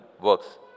works